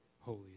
Holy